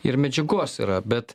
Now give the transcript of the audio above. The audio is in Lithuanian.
ir medžiagos yra bet